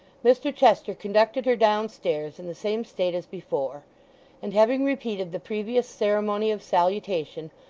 mr chester conducted her downstairs in the same state as before and having repeated the previous ceremony of salutation,